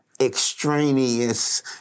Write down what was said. extraneous